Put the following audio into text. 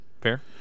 Fair